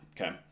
Okay